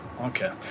okay